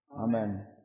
Amen